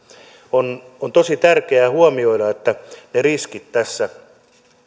on on tosi tärkeää huomioida että ne riskit tässä